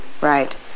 Right